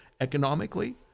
economically